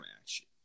match